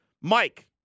Mike